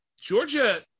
Georgia